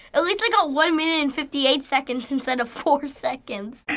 at least i got one minute and fifty eight seconds instead of four seconds.